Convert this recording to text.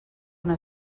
una